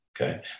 okay